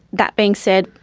that being said,